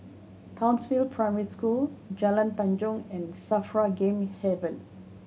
Townsville Primary School Jalan Tanjong and SAFRA Game Haven